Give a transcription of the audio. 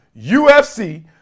UFC